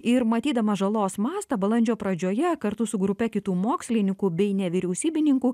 ir matydama žalos mastą balandžio pradžioje kartu su grupe kitų mokslininkų bei nevyriausybininkų